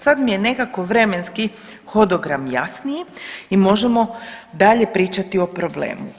Sad mi je nekako vremenski hodogram jasniji i možemo dalje pričati o problemu.